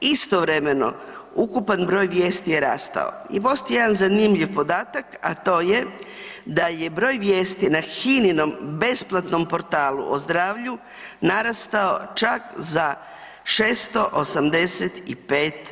Istovremeno, ukupan broj vijesti je rastao i postoji jedan zanimljiv podatak, a to je da je broj vijesti na hininom besplatnom portalu o zdravlju narastao čak za 685%